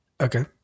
Okay